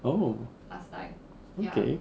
oh okay